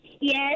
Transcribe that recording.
Yes